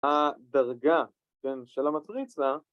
הדרגה של המטריצה